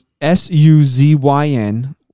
S-U-Z-Y-N